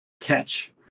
catch